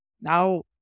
now